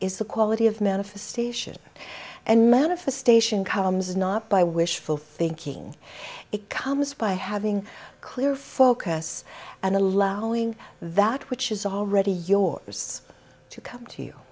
is the quality of manifestation and manifestation comes not by wishful thinking it comes by having a clear focus and allowing that which is already yours to come to you